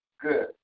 good